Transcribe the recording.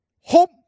hope